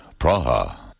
Praha